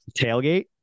tailgate